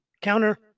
counter